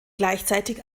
gleichzeitig